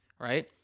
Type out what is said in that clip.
right